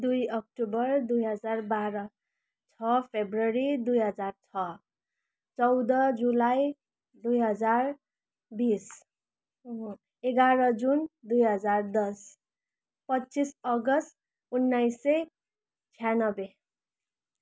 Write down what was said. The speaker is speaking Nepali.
दुई अक्टोबर दुई हजार बाह्र छ फेब्रुअरी दुई हजार छ चौध जुलाई दुई हजार बिस एघार जुन दुई हजार दस पच्चिस अगस्ट उन्नाइस सय छियान्नब्बे